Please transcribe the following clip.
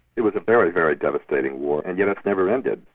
it was a very, very devastating war, and yet it's never ended.